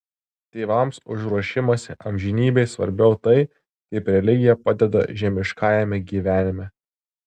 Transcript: tėvams už ruošimąsi amžinybei svarbiau tai kaip religija padeda žemiškajame gyvenime